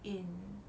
in